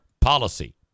policy